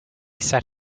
sat